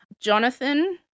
Jonathan